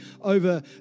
over